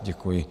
Děkuji.